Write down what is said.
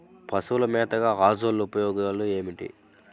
పశువుల మేతగా అజొల్ల ఉపయోగాలు ఏమిటి?